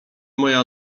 moja